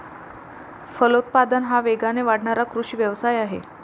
फलोत्पादन हा वेगाने वाढणारा कृषी व्यवसाय आहे